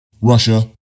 Russia